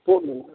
ᱛᱩᱯᱩᱫ ᱞᱮᱱᱟ